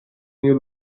you